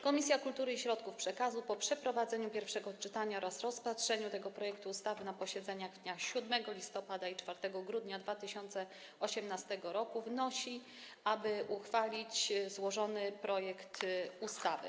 Komisja Kultury i Środków Przekazu po przeprowadzeniu pierwszego czytania oraz rozpatrzeniu przedłożonego projektu ustawy na posiedzeniach w dniach 7 listopada i 4 grudnia 2018 r. wnosi, aby uchwalić ten projekt ustawy.